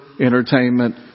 Entertainment